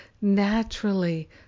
naturally